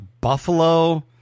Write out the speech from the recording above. Buffalo